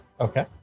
okay